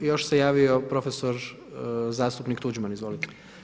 Još se javio profesor zastupnik Tuđman, izvolite.